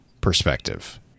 perspective